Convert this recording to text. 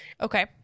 Okay